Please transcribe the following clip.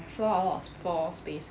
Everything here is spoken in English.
floor a lot of floor space